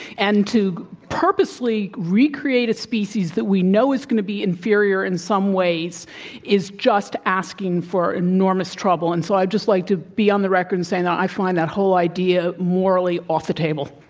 and to purposefully recreate a species that we know is going to be inferior in some way is just asking for enormous trouble. and so i'd just like to be on the record in saying that i find that whole idea morally off the table.